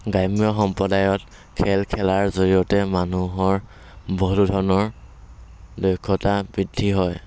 গ্ৰাম্য সম্প্ৰদায়ত খেল খেলাৰ জৰিয়তে মানুহৰ বহুতো ধৰণৰ দক্ষতা বৃদ্ধি হয়